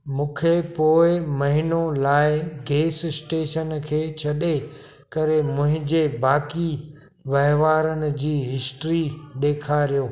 मूंखे पोइ महीनो लाइ गैस स्टेशन खे छ्ॾे करे मुंहिंजे बाक़ी वहिंवारनि जी हिस्ट्री ॾेखारियो